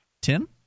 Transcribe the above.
Tim